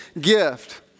gift